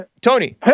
Tony